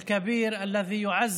להלן